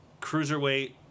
cruiserweight